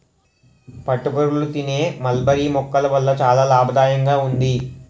పట్టుపురుగులు తినే మల్బరీ మొక్కల వల్ల చాలా లాభదాయకంగా ఉంది